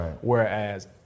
Whereas